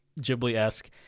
ghibli-esque